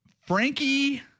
Frankie